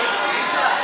לא, לא.